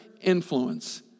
influence